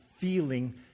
feeling